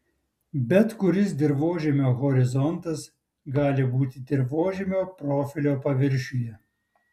bet kuris dirvožemio horizontas gali būti dirvožemio profilio paviršiuje